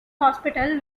hospital